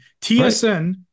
tsn